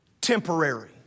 temporary